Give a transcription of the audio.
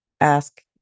ask